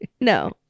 No